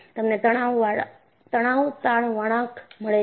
તમને તણાવ તાણ વળાંક મળે છે